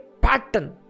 pattern